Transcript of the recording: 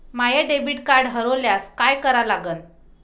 माय debit card हरोल्यास काय करा लागन?